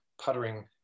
puttering